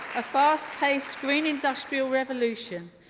a fast-paced green industrial revolution,